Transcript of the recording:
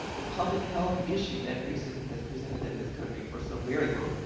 the public health issue that racism has presented in this country for so very long